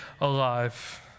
alive